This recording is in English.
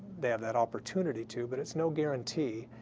they have that opportunity to, but it's no guarantee.